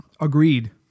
Agreed